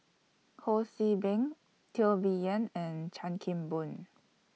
Ho See Beng Teo Bee Yen and Chan Kim Boon